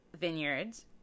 vineyards